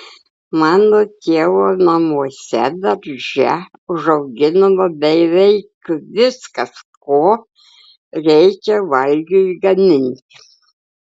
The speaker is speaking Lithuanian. mano tėvo namuose darže užauginama beveik viskas ko reikia valgiui gaminti